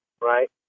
right